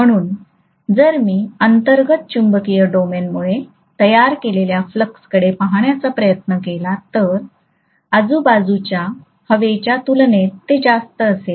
म्हणून जर मी अंतर्गत चुंबकीय डोमेनमुळे तयार केलेल्या फ्लक्सकडे पाहण्याचा प्रयत्न केला तर आजूबाजूच्या हवेच्या तुलनेत ते जास्त असेल